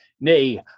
Nay